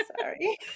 Sorry